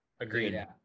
agreed